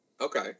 Okay